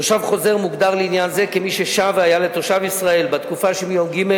תושב חוזר מוגדר לעניין זה מי ששב והיה לתושב ישראל בתקופה שמיום ג'